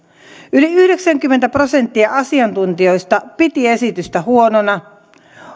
yhdeksänkymmentä prosenttia asiantuntijoista piti esitystä huonona